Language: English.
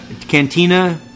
Cantina